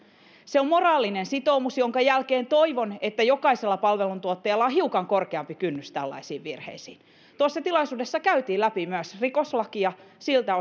se on moraalinen sitoumus jonka jälkeen toivon että jokaisella palveluntuottajalla on hiukan korkeampi kynnys tällaisiin virheisiin tuossa tilaisuudessa käytiin läpi myös rikoslakia siltä